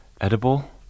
edible